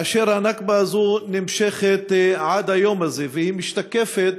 הנכבה הזאת נמשכת עד היום הזה, ומשתקפת